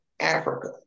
Africa